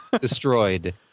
Destroyed